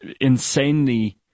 insanely